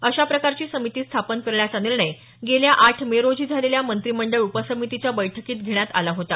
अशा प्रकारची समिती स्थापन करण्याचा निर्णय गेल्या आठ मे रोजी झालेल्या मंत्रीमंडळ उपसमितीच्या बैठकीत घेण्यात आला होता